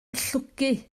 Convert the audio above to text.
llwgu